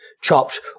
chopped